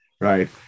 Right